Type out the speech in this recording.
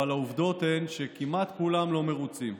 אבל העובדות הן שכמעט כולם לא מרוצים,